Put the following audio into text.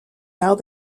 now